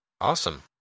Awesome